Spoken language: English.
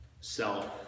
self